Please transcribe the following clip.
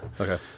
Okay